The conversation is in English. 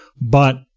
but-